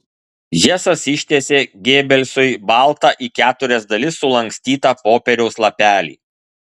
hesas ištiesė gebelsui baltą į keturias dalis sulankstytą popieriaus lapelį